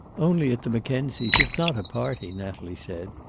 only at the mackenzies. it's not a party, natalie said.